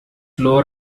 lower